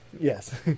Yes